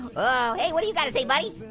oh hey what do you gotta say, buddy?